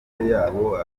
yabo